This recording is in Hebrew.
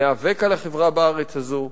ניאבק על החברה בארץ הזאת,